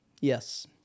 yes